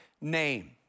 name